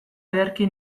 ederki